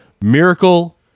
Miracle